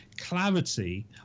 clarity